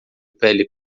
pele